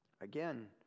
Again